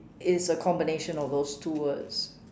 is a combination of those two words